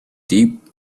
deep